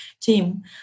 team